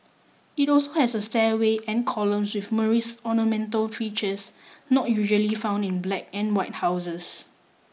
it also has a stairway and columns with Moorish ornamental features not usually found in black and white houses